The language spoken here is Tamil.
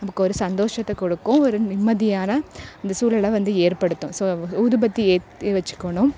நமக்கு ஒரு சந்தோஷத்தை கொடுக்கும் ஒரு நிம்மதியான அந்த சூழலை வந்து ஏற்படுத்தும் ஸோ ஊதுபத்தி ஏற்றி வச்சுக்கணும்